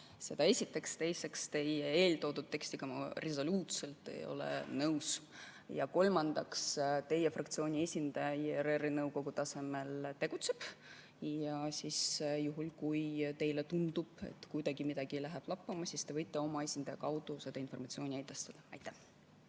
Seda esiteks. Teiseks, teie eeltoodud tekstiga ei ole ma resoluutselt nõus. Kolmandaks, teie fraktsiooni esindaja ERR‑i nõukogu tasemel tegutseb. Juhul kui teile tundub, et kuidagi midagi läheb lappama, siis te võite oma esindaja kaudu selle informatsiooni edastada. Jah,